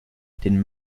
den